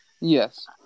Yes